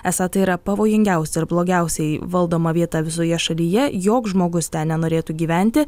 esą tai yra pavojingiausia ir blogiausiai valdoma vieta visoje šalyje joks žmogus ten nenorėtų gyventi